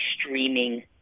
streaming